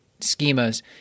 schemas